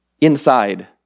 inside